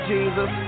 Jesus